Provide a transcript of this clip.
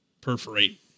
perforate